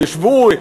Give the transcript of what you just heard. ישבו,